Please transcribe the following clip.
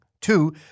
two